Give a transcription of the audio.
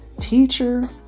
teacher